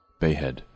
Bayhead